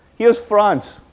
here's france.